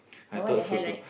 but what the hell right